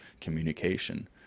communication